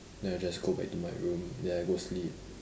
then I will just go back to my room then I go sleep